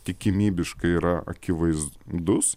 tikimybiškai yra akivaizdus